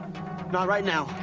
not right now.